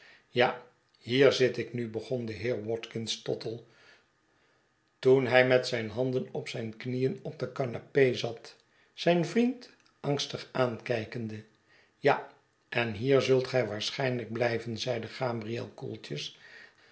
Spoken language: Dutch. ja hier zit ik nu begon de heer watkins tottle toen hij met zijn handen op zijn knieen op de canape zat zijn vriend angstig aankijkende ja en hier zult gij waarschijnlijk blijven zeide gabrm koeltjes